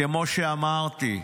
כמו שאמרתי.